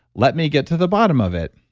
let me get to the bottom of it.